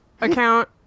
Account